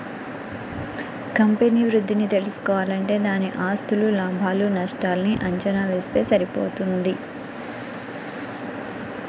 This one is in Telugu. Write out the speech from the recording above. కంపెనీ వృద్ధిని తెల్సుకోవాలంటే దాని ఆస్తులు, లాభాలు నష్టాల్ని అంచనా వేస్తె సరిపోతది